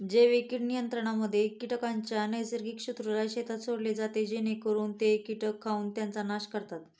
जैविक कीड नियंत्रणामध्ये कीटकांच्या नैसर्गिक शत्रूला शेतात सोडले जाते जेणेकरून ते कीटक खाऊन त्यांचा नाश करतात